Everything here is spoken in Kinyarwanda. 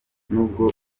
nubwo